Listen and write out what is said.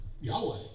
Yahweh